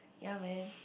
ya man